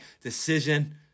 decision